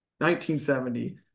1970